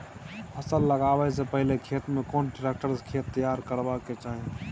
फसल लगाबै स पहिले खेत में कोन ट्रैक्टर स खेत तैयार करबा के चाही?